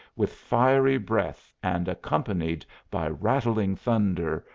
with fiery breath and accompanied by rattling thunder,